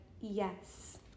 yes